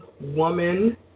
woman